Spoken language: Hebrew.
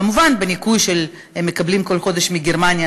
כמובן בניכוי מה שהם מקבלים כל חודש מגרמניה,